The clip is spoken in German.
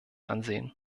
ansehen